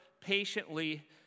patiently